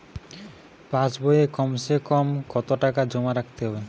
পাশ বইয়ে কমসেকম কত টাকা জমা রাখতে হবে?